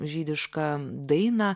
žydišką dainą